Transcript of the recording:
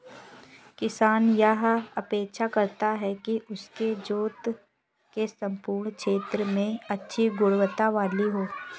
किसान यह अपेक्षा करता है कि उसकी जोत के सम्पूर्ण क्षेत्र में अच्छी गुणवत्ता वाली हो